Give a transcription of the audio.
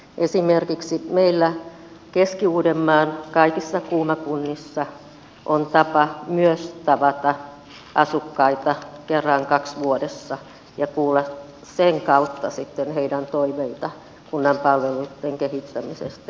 esimerkiksi meillä keski uudenmaan kaikissa kuuma kunnissa on tapa myös tavata asukkaita kerran kaksi vuodessa ja kuulla sen kautta sitten heidän toiveitaan kunnan palveluitten kehittämisestä ja muusta